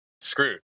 screwed